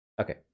Okay